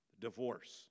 divorce